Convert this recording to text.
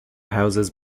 houses